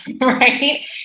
Right